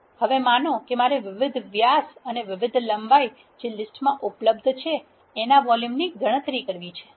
હવે માનો કે મારે વિવિધ વ્યાસ અને વિવિધ લંબાઈ જે લીસ્ટ મા ઉપલબ્ધ છે એના વોલ્યુમની ગણતરી કરવા માંગુ છુ